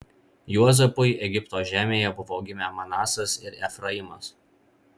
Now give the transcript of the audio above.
juozapui egipto žemėje buvo gimę manasas ir efraimas